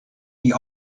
the